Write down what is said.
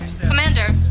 Commander